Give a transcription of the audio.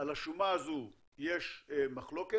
על השומה הזו יש מחלוקת,